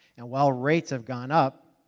while rates have gone up,